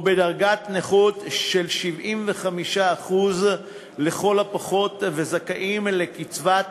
או בעלי דרגת נכות של 75% לכל הפחות וזכאים לקצבת